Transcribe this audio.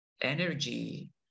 energy